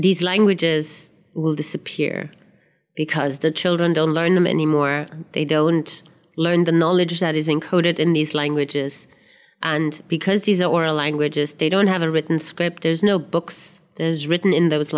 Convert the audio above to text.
these languages will disappear because the children don't learn them anymore they don't learn the knowledge that is encoded in these languages and because these are oral languages they don't have a written script there's no books there's written in those